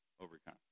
overcome